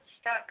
stuck